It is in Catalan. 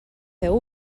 feu